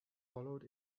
followed